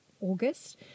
August